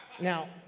Now